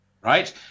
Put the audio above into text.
right